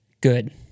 good